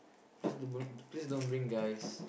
just don't please don't bring guys